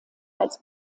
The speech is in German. als